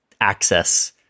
access